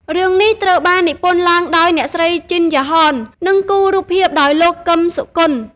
រឿងនេះត្រូវបាននិពន្ធឡើងដោយអ្នកស្រី ជិន យ៉ាហន និងគូររូបភាពដោយលោក គឹម សុគន្ធ។